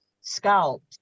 scalp